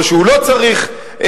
או שהוא לא צריך לכתוב,